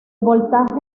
voltaje